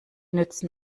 nützen